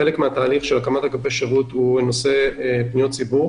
חלק מהתהליך של הקמת אגפי שירות הוא נושא פניות הציבור.